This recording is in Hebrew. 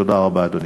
תודה רבה, אדוני.